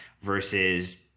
versus